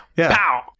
yeah,